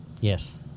Yes